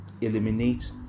eliminate